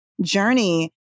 journey